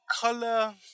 color